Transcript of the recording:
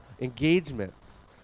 engagements